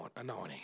anointing